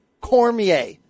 cormier